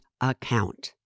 account